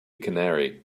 canary